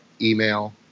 email